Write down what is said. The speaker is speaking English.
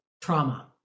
trauma